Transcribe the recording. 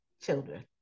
children